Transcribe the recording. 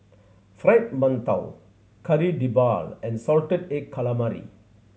Fried Mantou Kari Debal and salted egg calamari